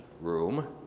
room